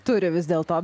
turi vis dėlto